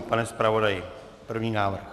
Pane zpravodaji, první návrh.